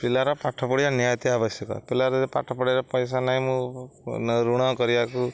ପିଲାର ପାଠ ପଢ଼ିବା ନିହାତି ଆବଶ୍ୟକ ପିଲାର ଯଦି ପାଠ ପଢ଼ିବାକୁ ପଇସା ନାହିଁ ମୁଁ ଋଣ କରିବାକୁ